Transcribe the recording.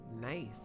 nice